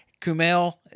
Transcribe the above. kumail